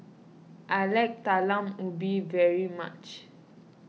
I like Talam Ubi very much